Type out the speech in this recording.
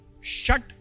Shut